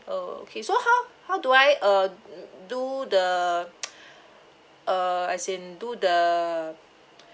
oh okay so how how do I uh do the uh as in do the